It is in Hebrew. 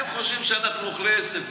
הם חושבים שאנחנו אוכלי עשב,